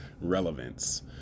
Relevance